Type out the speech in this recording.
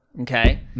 Okay